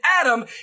Adam